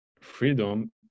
freedom